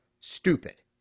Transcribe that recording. Stupid